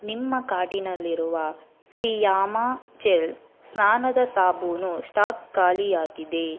ನಿಮ್ಮ ಕಾರ್ಟಿನಲ್ಲಿರುವ Fiama gel ಸ್ನಾನದ ಸಾಬೂನು ಸ್ಟಾಕ್ ಕಾಲಿಯಾಗಿದೆ